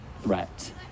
threat